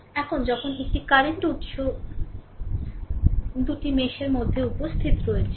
এখন যখন একটি কারেন্ট উত্স দুটি মেশের মধ্যে উপস্থিত রয়েছে